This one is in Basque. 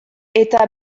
eta